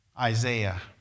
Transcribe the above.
Isaiah